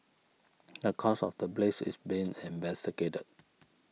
the cause of the blaze is being investigated